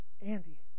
Andy